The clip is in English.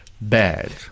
bad